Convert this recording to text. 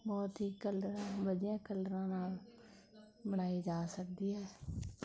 ਬਹੁਤ ਹੀ ਕਲਰ ਵਧੀਆ ਕਲਰਾਂ ਨਾਲ ਬਣਾਈ ਜਾ ਸਕਦੀ ਹੈ